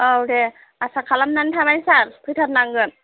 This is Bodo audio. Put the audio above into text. औ दे आसा खालामनानै थाबाय सार फैथारनांगोन